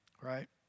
right